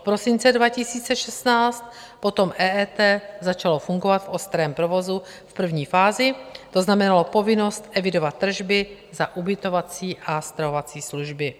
Od prosince 2016 potom EET začalo fungovat v ostrém provozu v první fázi, to znamenalo povinnost evidovat tržby za ubytovací a stravovací služby.